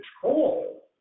control